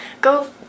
Go